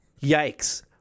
Yikes